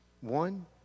One